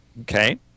okay